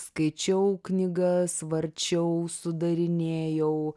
skaičiau knygas varčiau sudarinėjau